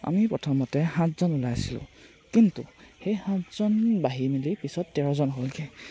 আমি প্ৰথমতে সাতজন ওলাইছিলোঁ কিন্তু সেই সাতজন বাঢ়ি মেলি পিছত তেৰজন হ'লগৈ